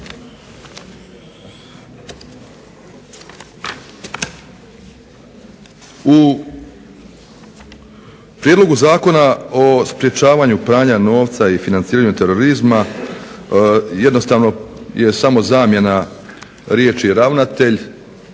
U Prijedlogu zakona o sprječavanju pranja novca i financiranju terorizma jednostavno je samo zamjena riječi ravnatelj